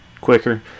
quicker